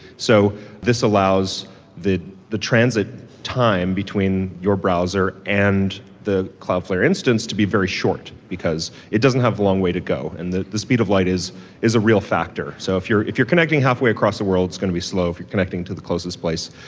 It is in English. so this allows the the transit time between your browser and the cloudflare instance to be very short, because it doesn't have long way to go and the the speed of light is is a real factor. so if you're connecting halfway across the world, it's going to be slow. if you're connecting to the closest place,